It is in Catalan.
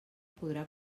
podrà